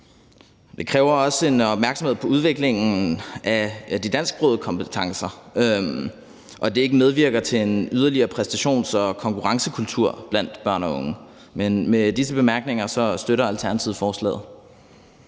Det kræver også en opmærksomhed på udviklingen af de dansksproglige kompetencer, og at det ikke medvirker til en yderligere præstations- og konkurrencekultur blandt børn og unge. Men med disse bemærkninger støtter Alternativet forslaget.